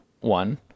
one